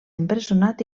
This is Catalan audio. empresonat